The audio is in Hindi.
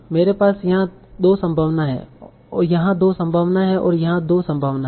मेरे पास यहां 2 संभावनाएं हैं यहां 2 संभावनाएं हैं और यहां 2 संभावनाएं हैं